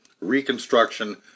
reconstruction